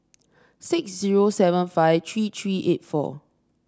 six zero seven five three three eight four